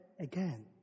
again